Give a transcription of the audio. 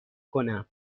کنم